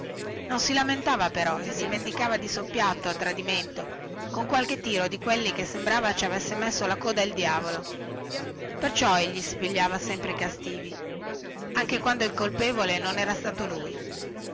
non si lamentava però e si vendicava di soppiatto a tradimento con qualche tiro di quelli che sembrava ci avesse messo la coda il diavolo perciò ei si pigliava sempre i castighi anche quando il colpevole non era stato lui